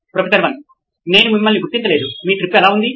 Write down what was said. professor 1 నేను మిమ్మల్ని గుర్తించలేదు మీ ట్రిప్ ఎలా ఉంది